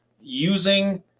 using